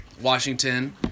Washington